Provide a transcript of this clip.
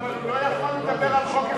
אבל הוא לא יכול לדבר על חוק אחד,